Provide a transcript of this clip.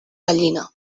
gallina